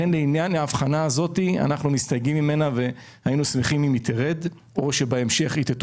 אנחנו מסתייגים מההבחנה הזאת והיינו שמחים אם היא תרד או תתוקן.